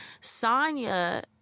Sonia